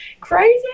Crazy